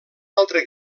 altre